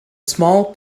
small